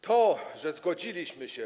To, że zgodziliśmy się.